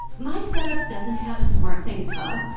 my setup doesn't have a smartthings hub,